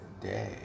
day